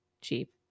cheap